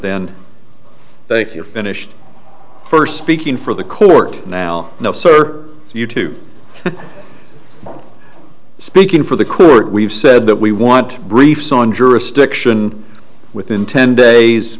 are finished first speaking for the court now no sir you two are speaking for the court we've said that we want briefs on jurisdiction within ten days